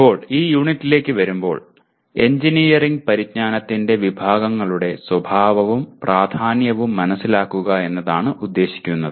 ഇപ്പോൾ ഈ യൂണിറ്റിലേക്ക് വരുമ്പോൾ എഞ്ചിനീയറിംഗ് പരിജ്ഞാനത്തിന്റെ വിഭാഗങ്ങളുടെ സ്വഭാവവും പ്രാധാന്യവും മനസിലാക്കുക എന്നതാണ് ഉദ്ദേശിക്കുന്നത്